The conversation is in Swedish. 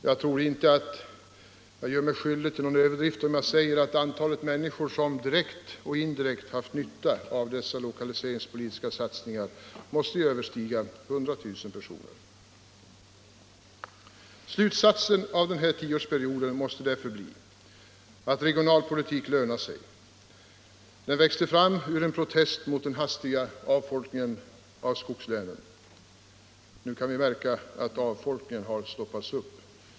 Jag tror inte att jag gör mig skyldig till någon överdrift om jag säger att antalet människor som direkt och indirekt har haft nytta av dessa lokaliseringspolitiska satsningar måste överstiga 100 000 personer. Slutsatsen av denna tioårsperiod måste därför bli att regionalpolitik lönar sig. Den växte fram som en protest mot den hastiga avfolkningen av skogslänen. Nu kan vi märka att avfolkningen har stoppats upp.